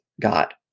God